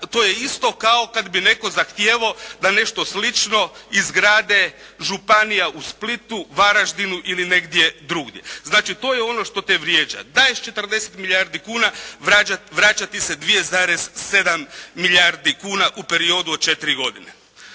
to je isto kao kad bi netko zahtijevao da nešto slično izgrade Županija u Splitu, Varaždinu ili negdje drugdje. Znači to je ono što te vrijeđa. Daješ 40 milijardi kuna, vraća ti se 2,7 milijardi kuna u periodu od 4 godine.